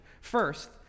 First